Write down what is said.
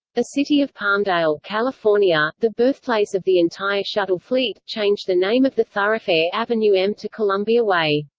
the city of palmdale, california, the birthplace of the entire shuttle fleet, changed the name of the thoroughfare avenue m to columbia way.